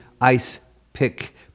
ice-pick